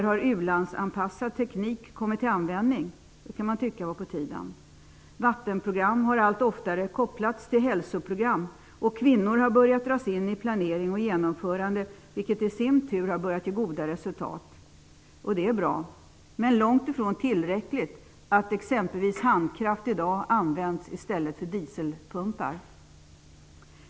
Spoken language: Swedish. U-landsanpassad teknik har alltmer kommit till användning. Man kan tycka att det är på tiden. Vattenprogram kopplas allt oftare till hälsoprogram. Kvinnor har också börjat dras in i planering och genomförande. Detta har i sin tur börjat ge goda resultat. Det är bra, men långt ifrån tillräckligt, att exempelvis handkraft i dag används i stället för dieselpumpar.